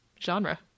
genre